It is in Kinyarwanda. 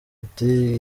ati